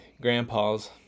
grandpa's